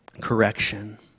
correction